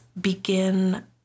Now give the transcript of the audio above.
begin